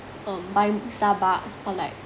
um buy starbucks or like